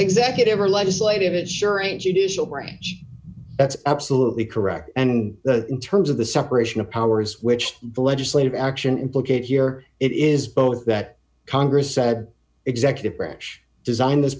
executive or legislative it sure ain't judicial branch that's absolutely correct and the in terms of the separation of powers which the legislative action implicate here it is both that congress said executive branch designed this